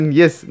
yes